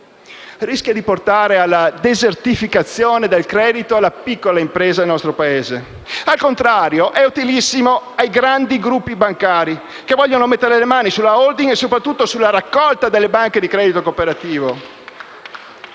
rischia di portare alla desertificazione del credito alla piccola impresa nel nostro Paese. Al contrario, è utilissimo ai grandi gruppi bancari, che vogliono mettere le mani sulla *holding* e soprattutto sulla raccolta delle banche di credito cooperativo.